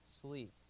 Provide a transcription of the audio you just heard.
sleep